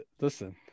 Listen